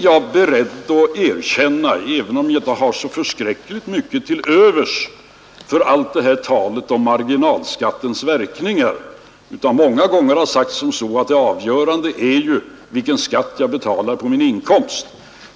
Jag har inte så förskräckligt mycket till övers för allt det här talet om marginalskattens verkningar, utan jag har många gånger sagt att det avgörande är vilken skatt jag betalar på min inkomst.